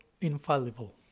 infallible